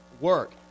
work